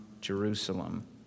Jerusalem